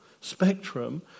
spectrum